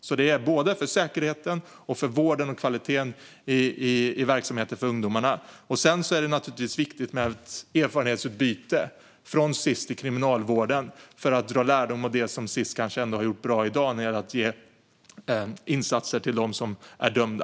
Det beror alltså både på säkerheten och på vården och kvaliteten i verksamheten för ungdomarna. Sedan är det naturligtvis viktigt med ett erfarenhetsutbyte från Sis till Kriminalvården för att dra lärdom av det som Sis kanske ändå har gjort bra när det gäller att ge insatser till dem som är dömda.